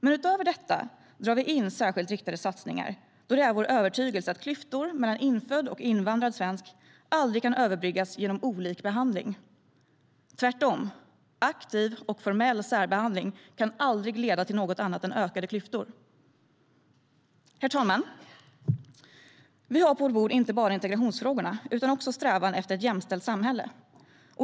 Men utöver detta drar vi in särskilt riktade satsningar då det är vår övertygelse att klyftor mellan infödd och invandrad svensk aldrig kan överbryggas genom olik behandling. Tvärtom kan aktiv och formell särbehandling aldrig leda till något annat än ökade klyftor. På vårt bord har vi inte bara integrationsfrågorna utan även strävan efter ett jämställt samhälle.